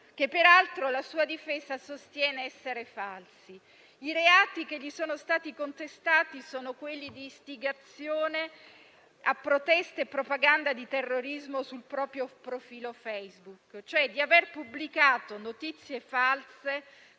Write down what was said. che peraltro la sua difesa sostiene essere falsi. I reati che gli sono stati contestati sono quelli di istigazione, proteste e propaganda per il terrorismo sul proprio profilo Facebook, cioè di aver pubblicato notizie false